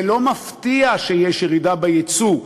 זה לא מפתיע שיש ירידה ביצוא,